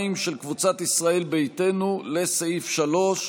2, של קבוצת ישראל ביתנו, לסעיף 3,